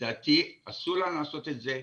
לדעתי אסור לנו לעשות את זה,